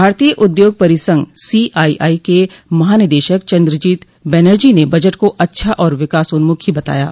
भारतीय उद्योग परिसंघ सीआईआई के महानिदेशक चन्द्रजीत बैनर्जी ने बजट को अच्छा और विकासोन्मुखी बताया है